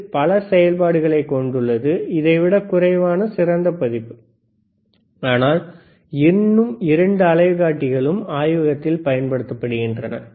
இது பல செயல்பாடுகளைக் கொண்டுள்ளது இதை விட குறைவான சிறந்த பதிப்பு ஆனால் இன்னும் இரண்டு அலைக்காட்டிகளும் ஆய்வகத்தில் பயன்படுத்தப்படுகின்றன